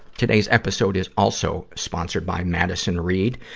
today's episode is also sponsored by madison reed.